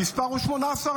המספר הוא 18,000,